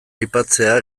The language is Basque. aipatzea